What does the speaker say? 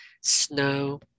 snow